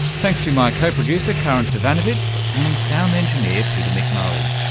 thanks to my co-producer karin zsivanovits and sound engineer peter mcmurray.